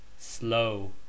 Slow